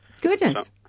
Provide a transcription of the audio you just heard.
Goodness